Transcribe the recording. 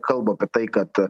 kalba apie tai kad